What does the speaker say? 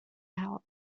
out